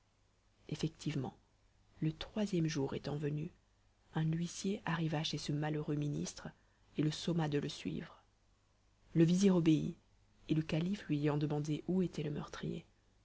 effectivement le troisième jour étant venu un huissier arriva chez ce malheureux ministre et le somma de le suivre le vizir obéit et le calife lui ayant demandé où était le meurtrier